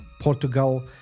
Portugal